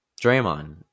Draymond